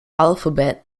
alphabet